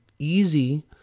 easy